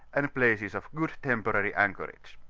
and places of good temporary anchorage.